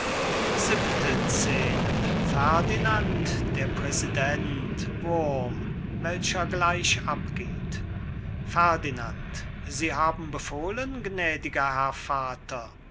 siebente scene ferdinand präsident wurm welcher gleich abgeht ferdinand sie haben befohlen gnädiger herr vater präsident